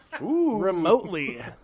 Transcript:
remotely